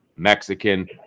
Mexican